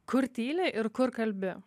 kur tyli ir kur kalbi